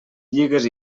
lligues